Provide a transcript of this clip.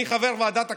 אני חבר בוועדת הכספים,